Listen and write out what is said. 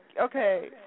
okay